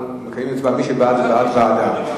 מי שבעד הוא בעד ועדה,